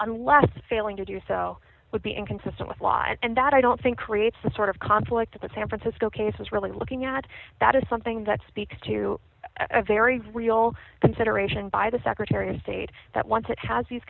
unless failing to do so would be inconsistent with the law and that i don't think creates the sort of conflict that the san francisco case is really looking at that is something that speaks to a very real consideration by the secretary of state that once it has these